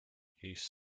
his